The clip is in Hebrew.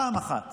פעם אחת